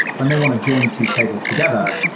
when they want to join two tables together,